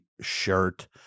shirt